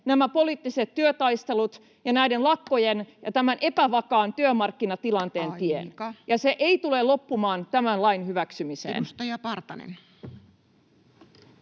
poliittiset työtaistelut ja näiden lakkojen ja tämän epävakaan työmarkkinatilanteen tien, [Puhemies: Aika!] ja se ei tule loppumaan tämän lain hyväksymiseen. Edustaja Partanen.